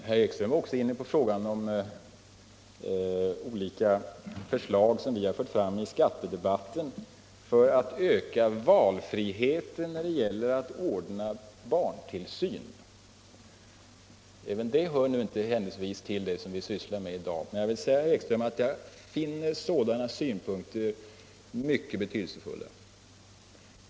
Herr Ekström var också inne på frågan om olika förslag som vi har fört fram i skattedebatten för att öka valfriheten när det gäller att ordna barntillsyn. Händelsevis hör inte heller det till vad vi sysslar med i dag, men jag vill säga herr Ekström att jag finner frågan om valfrihet mycket betydelsefull.